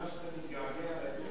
זה נשמע שאתה מתגעגע לימים האלה.